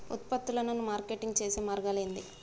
ఉత్పత్తులను మార్కెటింగ్ చేసే మార్గాలు ఏంది?